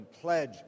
pledge